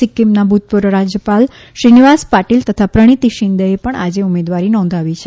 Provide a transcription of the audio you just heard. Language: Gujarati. સિક્કિમના ભૂતપૂર્વ રાજ્યપાલ શ્રીનિવાસ પાટીલ તથા પ્રણીતી શિન્દેએ પણ આજે ઉમેદવારી નોંધાવી છે